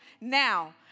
now